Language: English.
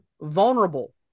vulnerable